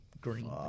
green